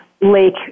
Lake